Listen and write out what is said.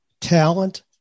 talent